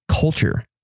culture